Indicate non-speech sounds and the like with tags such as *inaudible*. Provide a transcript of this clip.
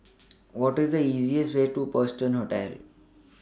What IS The easiest Way to Preston *unintelligible*